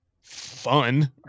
fun